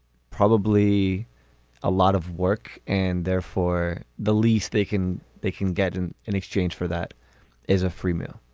probably a lot of work and therefore the least they can they can get in in exchange for that is a free meal